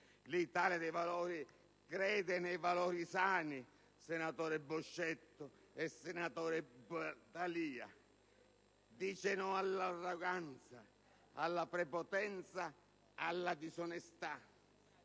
L'Italia dei Valori crede nei valori sani - senatori Boscetto e D'Alia - e dice no all'arroganza, alla prepotenza, alla disonestà,